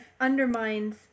undermines